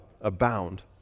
abound